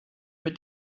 mit